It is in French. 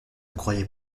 croyais